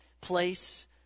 place